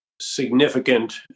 significant